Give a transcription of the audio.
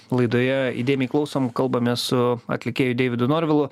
laidoje įdėmiai klausom kalbamės su atlikėju deividu norvilu